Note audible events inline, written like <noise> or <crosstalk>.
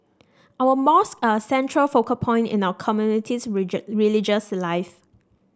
our mosques are a central focal point in our community's <unintelligible> religious life